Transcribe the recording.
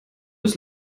ist